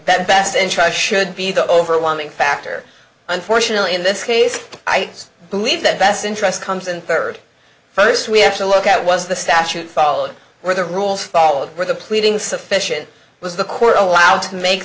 that best interest should be the overwhelming factor unfortunately in this case i believe that best interest comes in third first we have to look at was the statute followed where the rules followed were the pleading sufficient was the core allowed to make